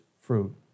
fruit